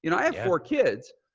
you know i have four kids.